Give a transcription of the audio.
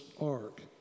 ark